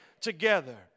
together